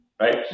right